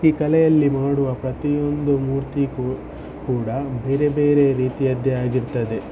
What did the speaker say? ಈ ಕಲೆಯಲ್ಲಿ ಮಾಡುವ ಪ್ರತಿಯೊಂದು ಮೂರ್ತಿಗೂ ಕೂಡ ಬೇರೆ ಬೇರೆ ರೀತಿಯದ್ದೇ ಆಗಿರ್ತದೆ